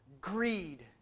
greed